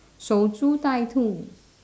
守株待兔